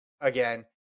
Again